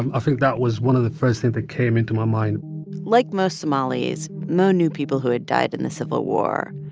and i think that was one of the first things that came into my mind like most somalis, mo knew people who had died in the civil war.